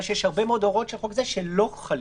שיש הרבה מאוד הוראות של חוק זה שלא חלות.